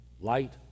Light